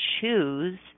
choose